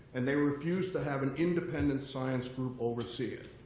and they refuse to have an independent science group oversee it.